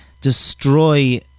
destroy